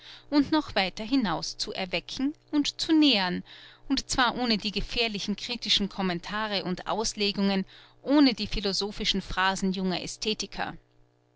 und noch weiter hinaus zu erwecken und zu nähren und zwar ohne die gefährlichen kritischen commentare und auslegungen ohne die philosophischen phrasen junger